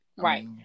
Right